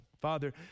father